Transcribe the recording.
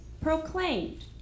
proclaimed